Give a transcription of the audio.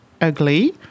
ugly